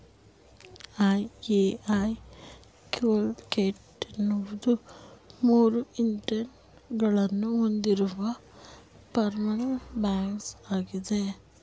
EMI calculator ಎನ್ನುವುದು ಮೂರು input ಗಳನ್ನು ಹೊಂದಿರುವ ಫಾರ್ಮುಲಾ ಬಾಕ್ಸ್ ಆಗಿದೆ